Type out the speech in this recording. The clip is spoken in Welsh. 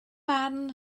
barn